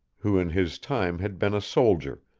who in his time had been a soldier,